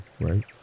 right